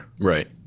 Right